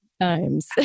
times